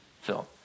Phil